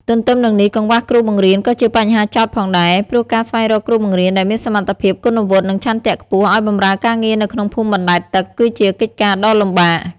ទន្ទឹមនឹងនេះកង្វះគ្រូបង្រៀនក៏ជាបញ្ហាចោទផងដែរ ព្រោះការស្វែងរកគ្រូបង្រៀនដែលមានសមត្ថភាព គុណវុឌ្ឍិ និងឆន្ទៈខ្ពស់ឱ្យបម្រើការងារនៅក្នុងភូមិបណ្តែតទឹក គឺជាកិច្ចការដ៏លំបាក។